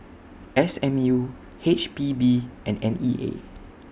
S M U H P B and N E A